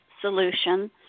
solution